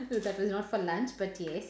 that was not for lunch but yes